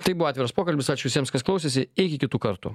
tai buvo atviras pokalbis ačiū visiems kas klausėsi iki kitų kartų